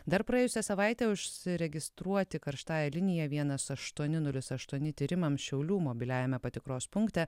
dar praėjusią savaitę užsiregistruoti karštąja linija vienas aštuoni nulis aštuoni tyrimams šiaulių mobiliajame patikros punkte